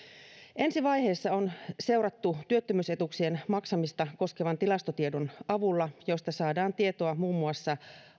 ensi vaihetta on seurattu työttömyysetuuksien maksamista koskevan tilastotiedon avulla josta saadaan tietoa muun muassa